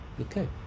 Okay